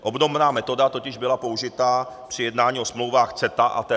Obdobná metoda totiž byla použita při jednání o smlouvách CETA a TTIP.